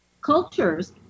cultures